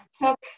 took